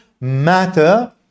matter